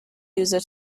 user